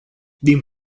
din